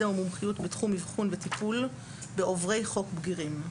ומומחיות בתחום אבחון וטיפול בעוברי חוק בגירים.